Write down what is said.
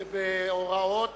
ובהוראות